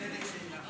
אין בעיה.